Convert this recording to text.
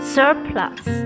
surplus